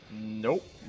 Nope